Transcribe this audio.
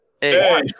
hey